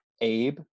Abe